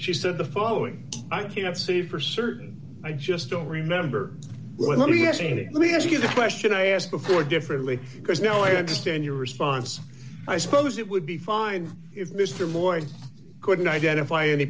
she said the following i can't say for certain i just don't remember meaning let me ask you the question i asked before differently because now i understand your response i suppose it would be fine if mr boies couldn't identify any